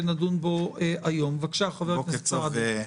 בבקשה, חבר הכנסת סעדי.